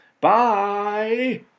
Bye